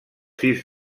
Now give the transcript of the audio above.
sis